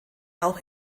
auch